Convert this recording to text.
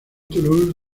toulouse